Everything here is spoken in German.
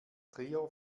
trier